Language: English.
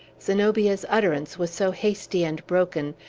zenobia's utterance was so hasty and broken,